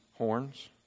horns